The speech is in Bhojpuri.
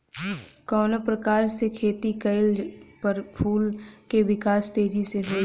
कवना प्रकार से खेती कइला पर फूल के विकास तेजी से होयी?